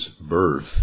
birth